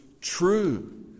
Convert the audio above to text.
true